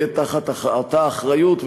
יהיה תחת אותה אחריות,